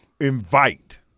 invite